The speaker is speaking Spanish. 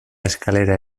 escalera